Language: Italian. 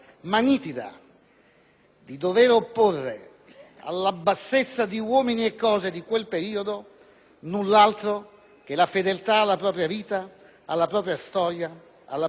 di dover opporre alla bassezza di uomini e cose di quel periodo null'altro che la fedeltà alla propria vita, alla propria storia, alla propria Patria.